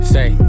Say